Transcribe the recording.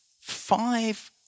five